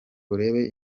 urebe